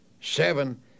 Seven